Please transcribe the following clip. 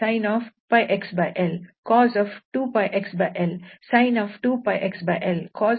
ಆದ್ದರಿಂದ ಈ trigonometric system ನ ಪೀರಿಯಡ್ 2𝜋 ನ ಬದಲಾಗಿ 2𝑙 ಆಗಿದೆ